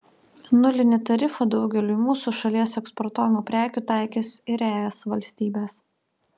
nulinį tarifą daugeliui mūsų šalies eksportuojamų prekių taikys ir es valstybės